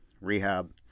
rehab